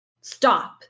stop